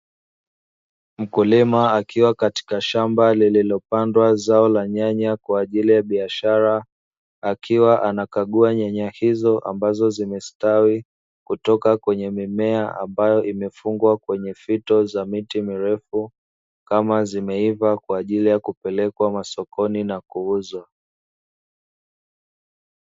Mkulima akiwa katika shamba lililopandwa zao la nyanya kwa ajili ya biashara, akiwa anakagua nyanya hizo ambazo zimestawi kutoka kwenye mimea ambayo imefungwa kwenye fito za miti mirefu, kama zimeiva kwa ajili ya kupelekwa sokoni na kuuzwa.